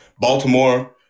Baltimore